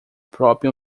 próprio